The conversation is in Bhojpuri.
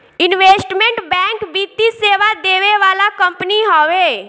इन्वेस्टमेंट बैंक वित्तीय सेवा देवे वाला कंपनी हवे